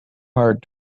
hard